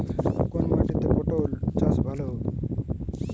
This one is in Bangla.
কোন মাটিতে পটল চাষ ভালো হবে?